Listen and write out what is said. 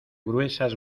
gruesas